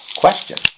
Question